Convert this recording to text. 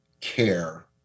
care